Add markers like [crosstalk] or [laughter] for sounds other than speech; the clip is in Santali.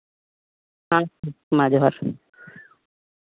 [unintelligible] ᱴᱷᱤᱠ ᱡᱟ ᱡᱚᱦᱟᱨ ᱜᱮ